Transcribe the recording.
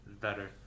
Better